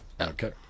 Okay